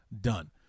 done